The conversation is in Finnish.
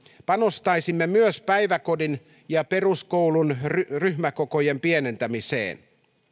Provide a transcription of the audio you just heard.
panostaisimme myös päiväkodin ja peruskoulun ryhmäkokojen pienentämiseen